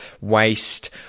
waste